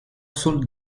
sul